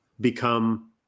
become